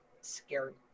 scared